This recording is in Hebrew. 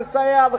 נסייע,